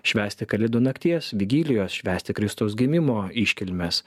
švęsti kalėdų nakties vigilijos švęsti kristaus gimimo iškilmes